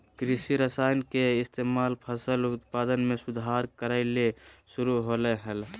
कृषि रसायन के इस्तेमाल फसल उत्पादन में सुधार करय ले शुरु होलय हल